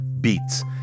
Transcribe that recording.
Beats